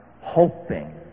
hoping